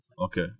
Okay